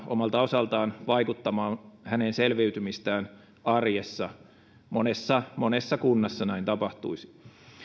omalta osaltaan vaikuttamaan hänen selviytymistään arjessa monessa monessa kunnassa näin tapahtuisi